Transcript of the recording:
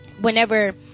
whenever